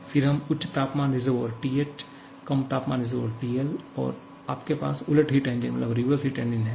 फिर हम उच्च तापमान रिसर्वोयर TH कम तापमान रिसर्वोयर TL और आपके पास उलट हिट इंजन है